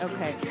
Okay